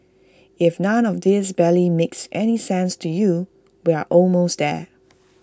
if none of this barely makes any sense to you we're almost there